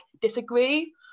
disagree